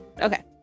Okay